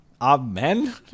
Amen